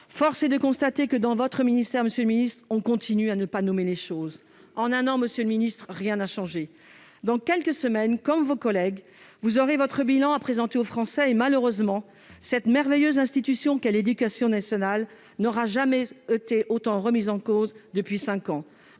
force est de constater que, dans votre ministère, on continue à ne pas nommer les choses. En un an, monsieur le ministre, rien n'a changé. Dans quelques semaines, comme vos collègues, vous devrez présenter votre bilan aux Français. Or, malheureusement, cette merveilleuse institution qu'est l'éducation nationale n'aura jamais autant été remise en cause depuis cinq ans,